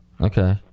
Okay